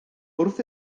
wrth